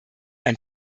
ein